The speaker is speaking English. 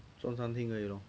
中餐厅而已 lor